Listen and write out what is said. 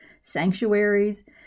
sanctuaries